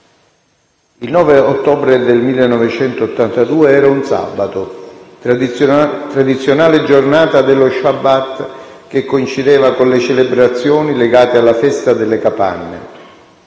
Il 9 ottobre del 1982 era un sabato, tradizionale giornata dello Shabbat, che coincideva con le celebrazioni legate alla festa delle capanne.